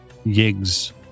Yig's